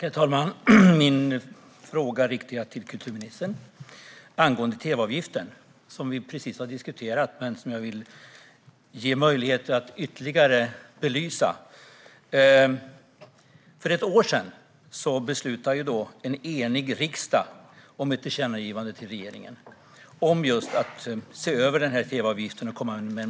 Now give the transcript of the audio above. Herr talman! Min fråga angående tv-avgiften riktar jag till kulturministern. Vi har precis diskuterat tv-avgiften, men jag vill ge möjlighet att ytterligare belysa den. För ett år sedan beslutade en enig riksdag om ett tillkännagivande till regeringen om just att se över tv-avgiften och komma med